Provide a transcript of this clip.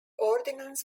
ordinance